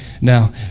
Now